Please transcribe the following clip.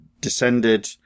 descended